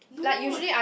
no